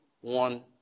one